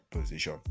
position